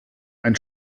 ein